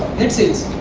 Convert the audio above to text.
this is